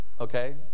okay